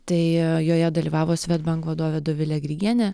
tai joje dalyvavo svedbank vadovė dovilė grigienė